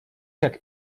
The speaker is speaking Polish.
jak